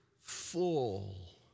full